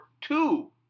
two